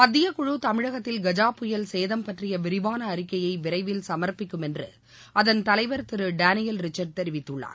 மத்தியக்குழு தமிழகத்தில் கஜா புயல் சேதம் பற்றிய விரிவான அறிக்கையை விரைவில் சமர்ப்பிக்கும் என்று அதன் தலைவர் திரு டேனியல் ரிச்சர்டு தெரிவித்துள்ளார்